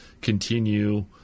continue